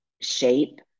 shape